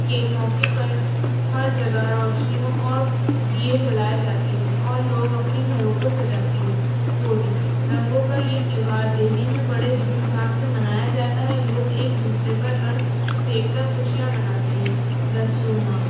کے موقعے پر ہر جگہ روشنیوں اور دیئے جلائے جاتے ہیں اور لوگ اپنے گھروں کو سجاتے ہیں ہولی رنگوں کا یہ تہوار دہلی میں بڑے دھوم دھام سے منایا جاتا ہے لوگ ایک دوسرے پر رنگ پھینک کر خوشیاں مناتے ہیں رسومات